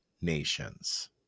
Nations